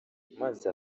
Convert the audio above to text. maze